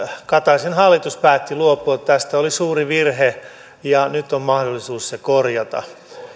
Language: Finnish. kataisen hallitus päätti luopua tästä oli suuri virhe ja nyt on mahdollisuus se korjata